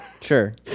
Sure